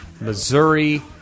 Missouri